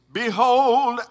behold